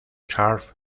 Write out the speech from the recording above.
surf